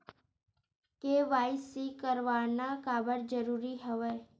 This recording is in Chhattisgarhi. के.वाई.सी करवाना काबर जरूरी हवय?